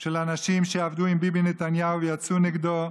של האנשים שעבדו עם ביבי נתניהו ויצאו נגדו,